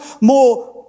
more